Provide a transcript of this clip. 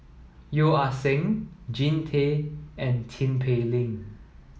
Yeo Ah Seng Jean Tay and Tin Pei Ling